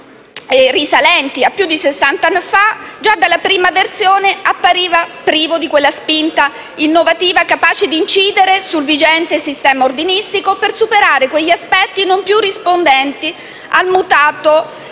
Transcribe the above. risalenti a più di sessant'anni fa, già dalla prima versione appariva privo di quella spinta innovativa capace di incidere sul vigente sistema ordinistico per superare quegli aspetti non più rispondenti al mutato